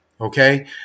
okay